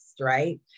right